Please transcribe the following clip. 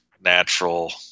natural